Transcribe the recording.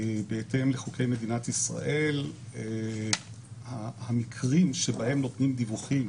בהתאם לחוקי מדינת ישראל המקרים שבהם נותנים דיווחים